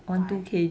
five